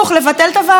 למה לא?